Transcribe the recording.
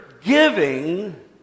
giving